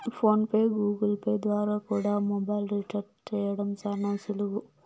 phone pay, Google Pay ద్వారా కూడా mobile recharge చేయడం శానా సులువు